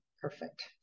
perfect